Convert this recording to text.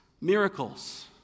miracles